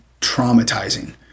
traumatizing